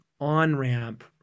on-ramp